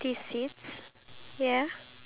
ya (uh huh)